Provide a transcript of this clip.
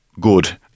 good